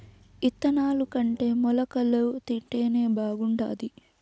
ఇత్తనాలుకంటే మొలకలు తింటేనే బాగుండాది